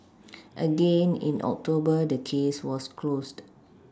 again in October the case was closed